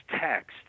text